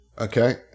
Okay